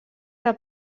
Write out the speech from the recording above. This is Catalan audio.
que